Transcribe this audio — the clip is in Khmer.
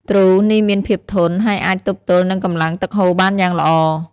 ទ្រូ នេះមានភាពធន់ ហើយអាចទប់ទល់នឹងកម្លាំងទឹកហូរបានយ៉ាងល្អ។